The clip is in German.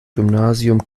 gymnasium